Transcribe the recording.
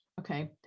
okay